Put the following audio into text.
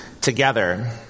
together